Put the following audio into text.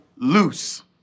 loose